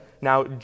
now